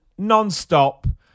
nonstop